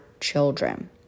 children